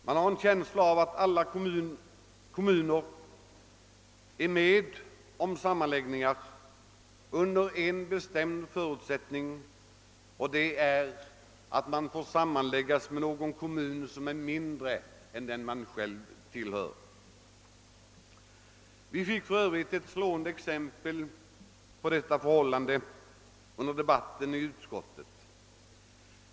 Man har en känsla av att alla kommuner är med om sammanläggningar under en bestämd förutsättning, nämligen att det blir sammanläggning med någon kommun som är mindre än den egna. Vi fick för övrigt ett slående exempel på detta förhållande under debatten i utskottet.